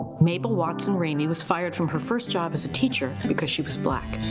mabel watson raimey was fired from her first job as a teacher because she was black.